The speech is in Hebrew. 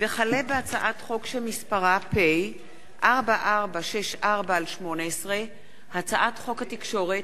הצעת חוק תשלום הוצאות נסיעה של